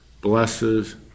blesses